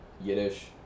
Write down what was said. Yiddish